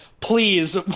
please